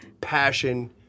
passion